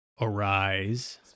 Arise